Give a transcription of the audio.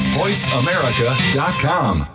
voiceamerica.com